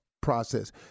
process